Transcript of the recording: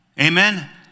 amen